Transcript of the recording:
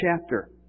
chapter